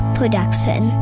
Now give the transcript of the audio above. Production